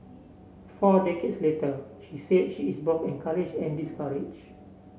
four decades later she said she is both encouraged and discouraged